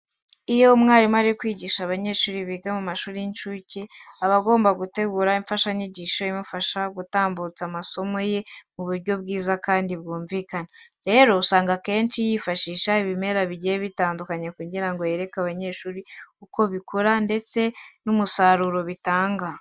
Iyo umwarimu ari kwigisha abanyeshuri biga mu mashuri y'incuke aba agomba gutegura imfashanyigisho imufasha gutambutsa amasomo ye mu buryo bwiza kandi bwumvikana. Rero usanga akenshi yifashisha ibimera bigiye bitandukanye kugira ngo yereke abanyeshuri uko bikura ndetse n'umusaruro bitanga.